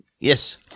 Yes